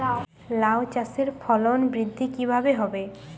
লাউ চাষের ফলন বৃদ্ধি কিভাবে হবে?